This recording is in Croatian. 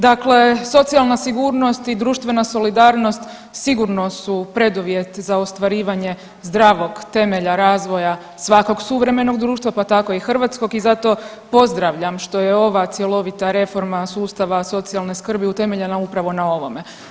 Dakle, socijalna sigurnost i društvena solidarnost sigurno su preduvjet za ostvarivanje zdravog temelja razvoja svakog suvremenog društva, pa tako i hrvatskog i zato pozdravljam što je ova cjelovita reforma sustava socijalne skrbi utemeljena upravo na ovome.